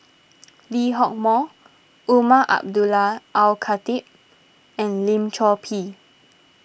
Lee Hock Moh Umar Abdullah Al Khatib and Lim Chor Pee